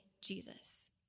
Jesus